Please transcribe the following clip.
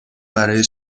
برای